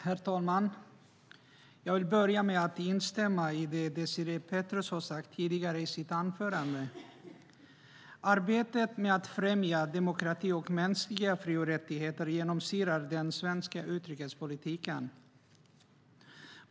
Herr talman! Jag vill börja med att instämma i det Désirée Pethrus sade i sitt anförande tidigare. Arbetet med att främja demokrati och mänskliga fri och rättigheter genomsyrar den svenska utrikespolitiken.